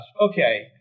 Okay